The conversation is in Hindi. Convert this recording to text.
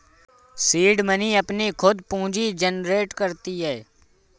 सीड मनी अपनी खुद पूंजी जनरेट करती है